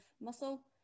muscle